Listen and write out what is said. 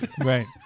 right